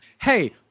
Hey